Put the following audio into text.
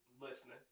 listening